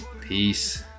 peace